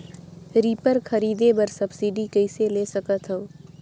Reaper खरीदे बर subsidy कइसे ले सकथव?